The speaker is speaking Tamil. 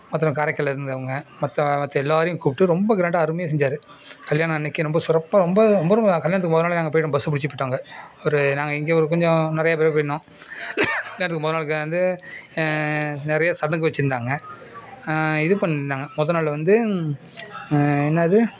ஒருத்தவன் காரைக்காலில் இருந்து அவங்க மற்ற மற்ற எல்லாரையும் கூப்பிட்டு ரொம்ப க்ராண்டா அருமையா செஞ்சார் கல்யாணம் அன்றைக்கி ரொம்ப சிறப்பா ரொம்ப ரொம்ப ரொம்ப கல்யாணத்துக்கு மொத நாளே நாங்கள் போயிட்டோம் பஸை பிடிச்சி போயிட்டோம் அங்கே ஒரு நாங்கள் இங்கே ஒரு கொஞ்சம் நிறைய பேர் போயிருந்தோம் அதுக்கு முத நாளுக்கு வந்து நிறையா சடங்கு வெச்சுருந்தாங்க இது பண்ணிருந்தாங்கள் மொத நாள் வந்து என்னது